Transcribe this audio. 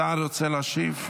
השר רוצה להשיב?